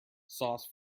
sauce